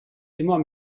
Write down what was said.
immer